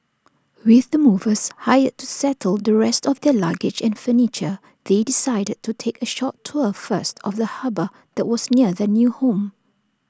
with the movers hired to settle the rest of their luggage and furniture they decided to take A short tour first of the harbour that was near their new home